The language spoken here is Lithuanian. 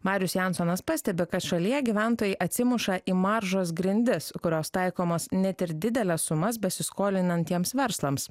marius jansonas pastebi kad šalyje gyventojai atsimuša į maržos grindis kurios taikomos net ir dideles sumas besiskolinantiems verslams